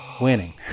Winning